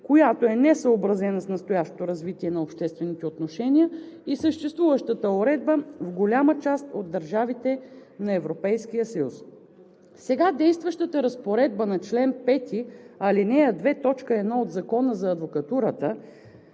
която е несъобразена с настоящото развитие на обществените отношения и съществуващата уредба в голяма част от държавите в Европейския съюз. Сега действащата разпоредба на чл. 5, ал. 2, т. 1 от Закона за адвокатурата